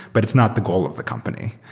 but it's not the goal of the company.